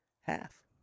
half